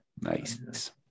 Nice